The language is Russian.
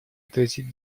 отразить